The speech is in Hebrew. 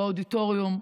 באודיטוריום,